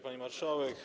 Pani Marszałek!